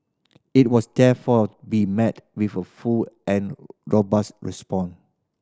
it was therefore be met with a full and robust response